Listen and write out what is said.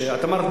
שאת אמרת,